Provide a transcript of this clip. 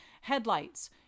headlights